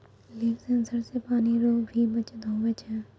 लिफ sensor से पानी रो भी बचत हुवै छै